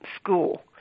school